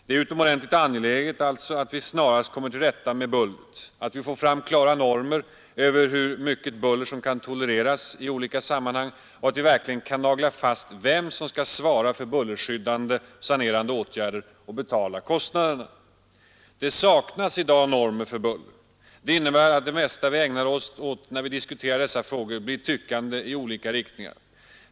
Det är utomordentligt angeläget att vi snarast kommer till rätta med bullret, att vi får fram klara normer över hur mycket buller som kan tolereras i olika sammanhang och att vi verkligen kan nagla fast vem som skall svara för bullerskyddande, sanerande åtgärder och betala kostnaderna. Det saknas i dag normer när det gäller buller. Det innebär att det mesta vi ägnar oss åt när vi diskuterar dessa frågor blir tyckande i olika riktningar.